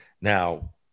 Now